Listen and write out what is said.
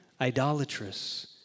idolatrous